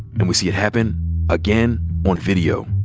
and we see it happen again on video.